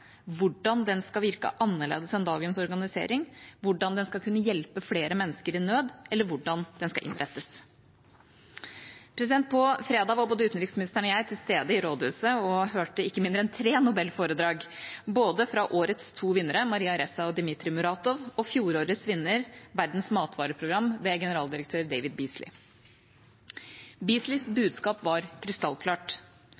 hvordan den skal virke annerledes enn dagens organisering, hvordan den skal kunne hjelpe flere mennesker i nød, eller hvordan den skal innrettes. På fredag var både utenriksministeren og jeg til stede i rådhuset og hørte ikke mindre enn tre nobelforedrag, både fra årets to vinnere, Maria Ressa og Dimitrij Muratov, og fra fjorårets vinner, Verdens matvareprogram ved generaldirektør